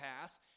path